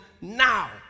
now